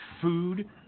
food